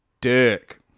dick